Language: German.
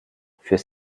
fürs